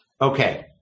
Okay